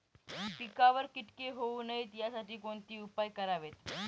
पिकावर किटके होऊ नयेत यासाठी कोणते उपाय करावेत?